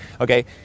okay